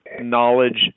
knowledge